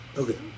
okay